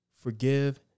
forgive